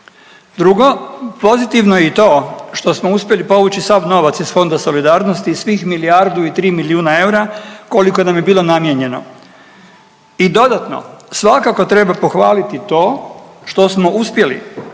Drugo, pozitivno je i to što smo uspjeli povući sav novac iz Fonda solidarnosti svih milijardu i 3 milijuna eura, koliko nam je bilo namijenjeno i dodatno svakako treba pohvaliti to što smo uspjeli